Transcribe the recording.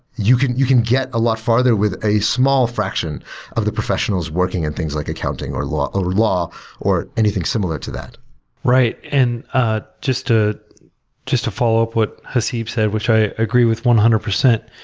you can you can get a lot farther with a small fraction of the professionals working in things like accounting or law or law or anything similar to that right. and ah just to just to follow up what haseeb said which i agree with one hundred percent,